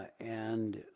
and,